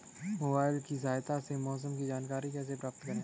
Mobile की सहायता से मौसम की जानकारी कैसे प्राप्त करें?